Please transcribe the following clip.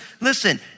listen